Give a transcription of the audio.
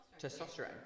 Testosterone